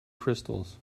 crystals